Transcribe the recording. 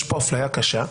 יש פה אפליה קשה.